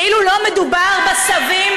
כאילו לא מדובר בסבים,